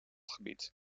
gebied